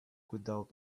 without